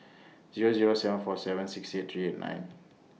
Zero Zero seven four seven six eight three eight nine